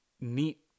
neat